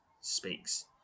speaks